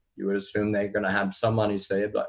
you would assume they are going to have some money saved. but